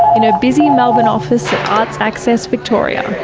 in a busy melbourne office at arts access victoria.